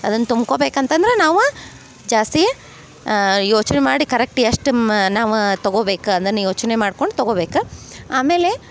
ಅದನ್ನ ತುಂಬ್ಕೊಬೇಕು ಅಂತಂದ್ರ ನಾವು ಜಾಸ್ತಿ ಯೋಚನೆ ಮಾಡಿ ಕರೆಕ್ಟ್ ಎಷ್ಟು ಮ ನಾವು ತಗೊಬೇಕು ಅದನ್ನ ಯೋಚನೆ ಮಾಡ್ಕೊಂಡು ತಗೊಬೇಕು ಆಮೇಲೆ